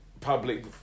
public